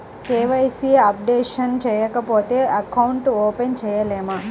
KYC updation చేయకపోతే account open చేయలేమా?